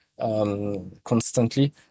constantly